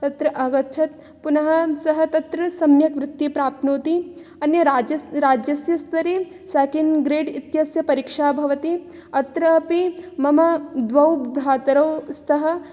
तत्र आगच्छत् पुनः सः तत्र सम्यक् वृत्तिं प्राप्नोति अन्यराज्य राज्यस्य स्तरे सेकेण्ड् ग्रेड् इत्यस्य परीक्षा भवति अत्र अपि मम द्वौ भ्रातरौ स्तः